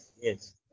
Yes